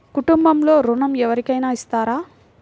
కుటుంబంలో ఋణం ఎవరికైనా ఇస్తారా?